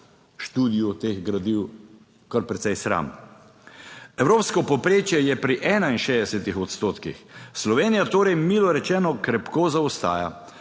študiju teh gradiv kar precej sram. Evropsko povprečje je pri 61 odstotkih. Slovenija torej, milo rečeno, krepko zaostaja,